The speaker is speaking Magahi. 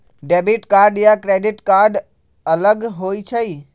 डेबिट कार्ड या क्रेडिट कार्ड अलग होईछ ई?